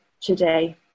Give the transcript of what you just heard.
today